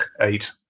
Eight